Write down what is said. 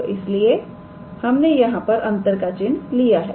तो इसीलिए हमने यहां पर एक अंतर का चिन्ह लिया है